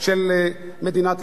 של מדינת ישראל.